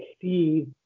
see